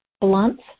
blunt